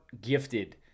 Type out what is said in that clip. gifted